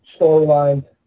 storylines